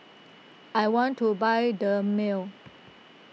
I want to buy Dermale